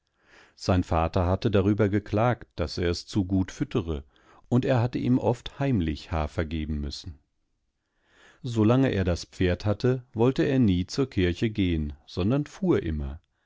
sein vater hatte ihm seine pflege von anfang an übergeben er hatte es eingefahren und es mehr geliebtalsirgendetwasaufderwelt seinvaterhattedarübergeklagt daßer eszugutfüttere underhatteihmoftheimlichhafergebenmüssen solange er das pferd hatte wollte er nie zur kirche gehen sondern fuhr immer